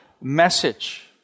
message